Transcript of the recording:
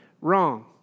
Wrong